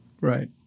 Right